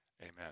Amen